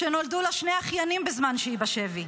שנולדו לה שני אחיינים בזמן שהיא בשבי,